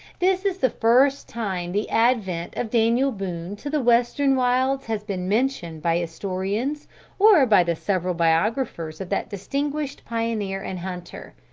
this is the first time the advent of daniel boone to the western wilds has been mentioned by historians or by the several biographers of that distinguished pioneer and hunter.